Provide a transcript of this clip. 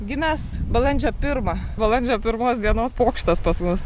gimęs balandžio pirmą balandžio pirmos dienos pokštas pas mus